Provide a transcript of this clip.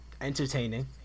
entertaining